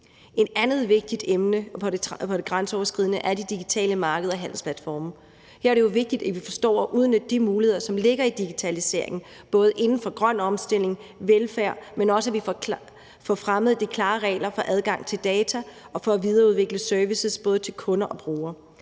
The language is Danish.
Et andet vigtigt emne for det grænseoverskridende er de digitale markeder og handelsplatforme. Her er det jo vigtigt, at vi forstår at udnytte de muligheder, som ligger i digitaliseringen inden for grøn omstilling og velfærd, men også at vi får fremmet de klare regler for adgang til data og for at videreudvikle servicer både til kunder og brugere.